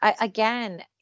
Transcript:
again